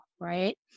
Right